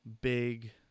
big